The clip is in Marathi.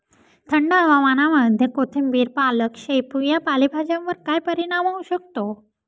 थंड हवामानामध्ये कोथिंबिर, पालक, शेपू या पालेभाज्यांवर काय परिणाम होऊ शकतो?